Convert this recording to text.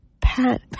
Pat